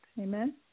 amen